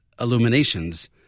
illuminations